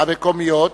המקומיות